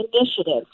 initiatives